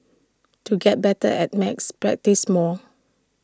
to get better at maths practise more